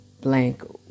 blank